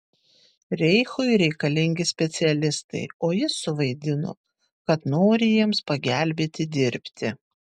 reichui reikalingi specialistai o jis suvaidino kad nori jiems pagelbėti dirbti